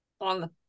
On